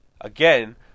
again